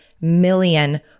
million